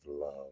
Love